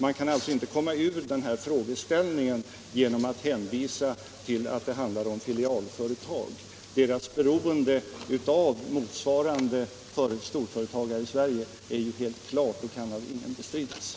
Man kan alltså inte smita ur den här frågeställningen genom att hänvisa till att det handlar om filialföretag. Deras beroende av motsvarande storföretag här i Sverige är ju helt klart och kan av ingen bestridas.